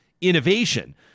innovation